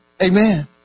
Amen